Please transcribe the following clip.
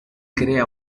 crea